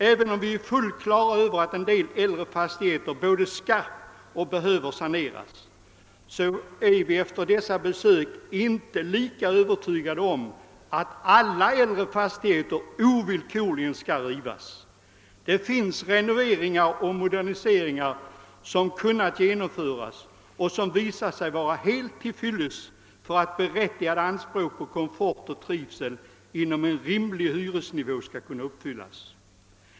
Även om vi har fullt klart för oss att en del äldre fastigheter både skall och behöver saneras, är vi efter dessa besök inte lika övertygade om att alla äldre fastigheter ovillkorligen skall rivas. En del renoveringar och moderniseringar som kunnat genomföras har visat sig vara helt till fyllest för att berättigade anspråk på komfort och trivsel inom en rimlig hyresnivå skulle kunna uppfyllas.